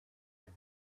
news